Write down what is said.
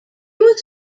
was